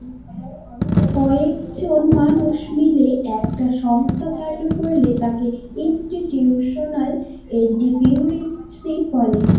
কয়েকজন মানুষ মিলে একটা সংস্থা চালু করলে তাকে ইনস্টিটিউশনাল এন্ট্রিপ্রেনিউরশিপ বলে